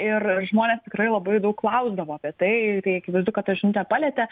ir žmonės tikrai labai daug klausdavo apie tai akivaizdu kad ta žinutė palietė